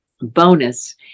bonus